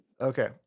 Okay